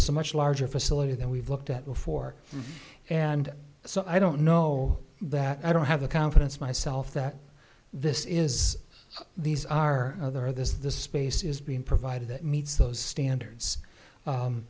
so much larger facility that we've looked at before and so i don't know that i don't have the confidence myself that this is these are other this is this space is being provided that meets those standards